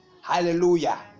Hallelujah